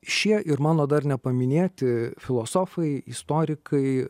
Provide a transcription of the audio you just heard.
šie ir mano dar nepaminėti filosofai istorikai